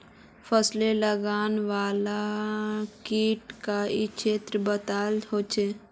फस्लोत लगने वाला कीट कई श्रेनित बताल होछे